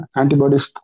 antibodies